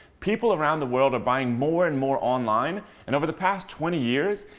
people around the world are buying more and more online and over the past twenty years,